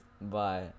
Bye